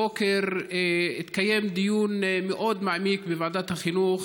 הבוקר התקיים בוועדת החינוך